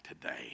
today